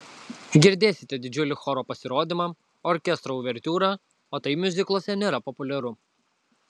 girdėsite didžiulį choro pasirodymą orkestro uvertiūrą o tai miuzikluose nėra populiaru